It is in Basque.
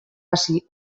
hasi